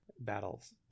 Battles